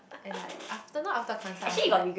and like after not after concert I've like